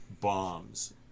bombs